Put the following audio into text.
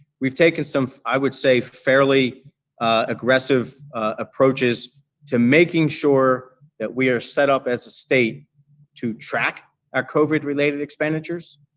we've taken, so i would say, fairly aggressive approaches to making sure that we are set-up as a state to track our covid-related expenditures.